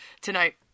tonight